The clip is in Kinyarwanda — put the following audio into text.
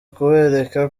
kubereka